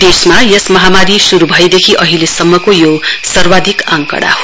देशमा यस महामारी श्रू भएदेखि अहिलेसम्मको यो सर्वाधिक आंकड़ा हो